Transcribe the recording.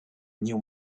new